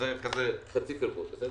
זה חצי פרגון.